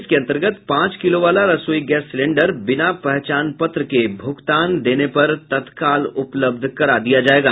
इसके अंतर्गत पांच किलो वाला रसोई गैस सिलेंडर बिना पहचान पत्र के ही भुगतान देने पर तत्काल उपलब्ध हो जायेगा